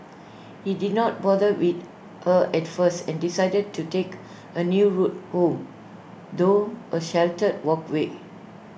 he did not bother with her at first and decided to take A new route home through A sheltered walkway